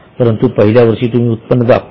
परंतु पहिल्या वर्षी तुम्ही उत्पन्न दाखवाल